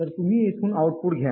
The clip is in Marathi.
तर तुम्ही येथून आउटपुट घ्या